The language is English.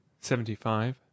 seventy-five